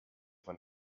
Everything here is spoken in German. von